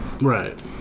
Right